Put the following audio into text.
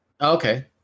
Okay